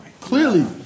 Clearly